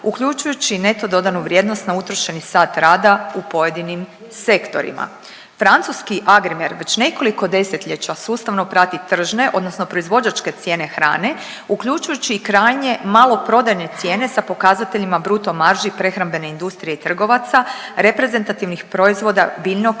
uključujući i neto dodanu vrijednost na utrošeni sat rada u pojedinim sektorima. Francuski Agrimer već nekoliko 10-ljeća sustavno prati tržne odnosno proizvođačke cijene hrane uključujući i krajnje maloprodajne cijene sa pokazateljima bruto marži prehrambene industrije i trgovaca reprezentativnih proizvoda biljnog